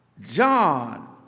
John